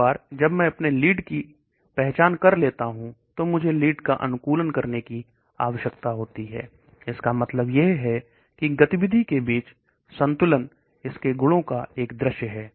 एक बार जब मैं अपने लीड की पहचान कर लेता हूं तो मुझे लीड का अनुकूलन करने की आवश्यकता होती है इसका मतलब यह है की गतिविधि के बीच संतुलन इसके गुणों का एक दृश्य है